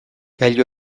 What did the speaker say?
gailu